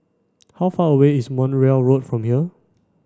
how far away is Montreal Road from here